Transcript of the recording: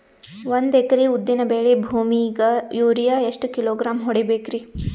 ಒಂದ್ ಎಕರಿ ಉದ್ದಿನ ಬೇಳಿ ಭೂಮಿಗ ಯೋರಿಯ ಎಷ್ಟ ಕಿಲೋಗ್ರಾಂ ಹೊಡೀಬೇಕ್ರಿ?